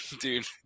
Dude